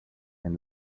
and